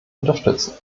unterstützen